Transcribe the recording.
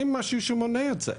אין משהו שמונע את זה.